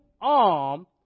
arm